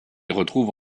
retrouve